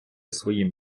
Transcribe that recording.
своїм